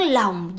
lòng